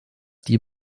die